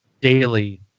daily